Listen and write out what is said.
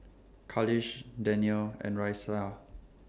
Khalish Danial and Raisya